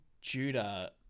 Judah